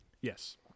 Yes